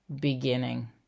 beginning